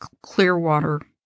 clearwater